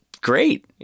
great